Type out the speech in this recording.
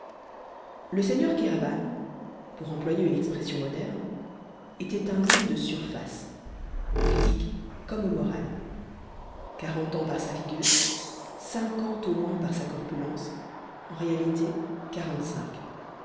le seigneur kéraban pour employer une expression moderne était un homme de surface au physique comme au moral quarante ans par sa figure cinquante au moins par sa corpulence en réalité quarante-cinq